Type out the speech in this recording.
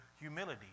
humility